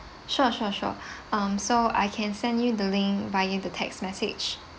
sure sure sure um so I can send you the link via the text message